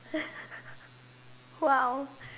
!wow!